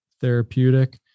therapeutic